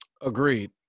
Agreed